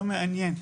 לא מעניין.